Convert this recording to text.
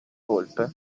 volpe